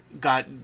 got